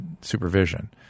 supervision